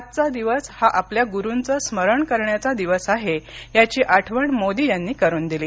आजचा दिवस हा आपल्या गुरूंचं स्मरण करण्याचा दिवस आहे याची आठवण मोदी यांनी करुन दिली